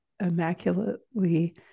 immaculately